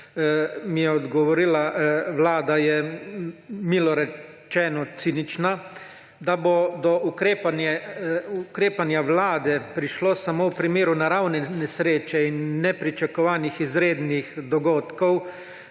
mi je odgovorila Vlada, je milo rečeno cinična. Da bo do ukrepanja Vlade prišlo samo v primeru naravne nesreče in nepričakovanih izrednih dogodkov,